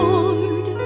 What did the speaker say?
Lord